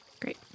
Great